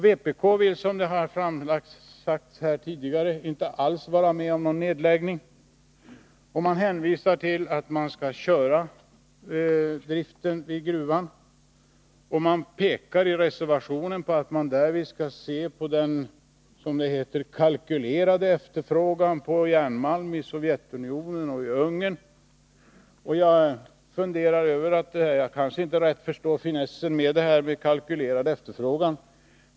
Vpk vill, som det har sagts tidigare, inte alls vara med om någon nedläggning. Man säger att gruvan skall hållas i drift, och man pekar i reservationen på att man därvid skall se på den, som det heter, kalkylerade efterfrågan på järnmalm i Sovjetunionen och i Ungern. Jag kanske inte rätt förstår finessen i det här med kalkylerad efterfrågan.